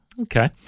Okay